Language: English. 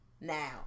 Now